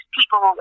people